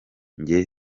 njye